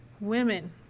Women